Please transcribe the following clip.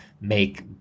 make